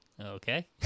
okay